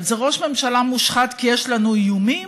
זה ראש ממשלה מושחת כי יש לנו איומים?